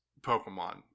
Pokemon